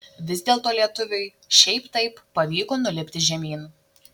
vis dėlto lietuviui šiaip taip pavyko nulipti žemyn